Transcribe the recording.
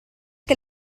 che